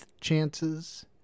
Chances